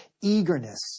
eagerness